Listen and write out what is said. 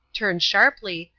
turned sharply,